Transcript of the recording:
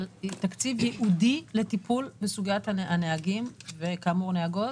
תקציב ייעודי לטיפול בסוגיית הנהגים והנהגות.